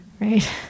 right